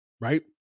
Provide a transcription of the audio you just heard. right